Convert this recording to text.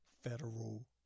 federal